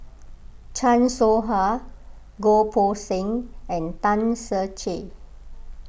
Chan Soh Ha Goh Poh Seng and Tan Ser Cher